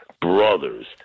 brothers